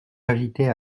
agitait